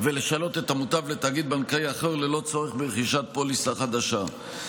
ולשנות את המוטב לתאגיד בנקאי אחר ללא צורך ברכישת פוליסה חדשה.